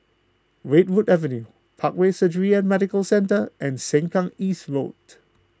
Redwood Avenue Parkway Surgery and Medical Centre and Sengkang East Road